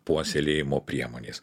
puoselėjimo priemonės